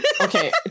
Okay